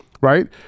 right